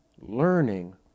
learning